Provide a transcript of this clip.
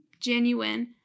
genuine